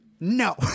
No